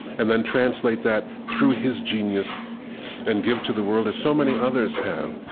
and then translate that through his genius and give to the world as so many others have.